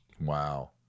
wow